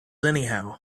anyhow